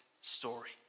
story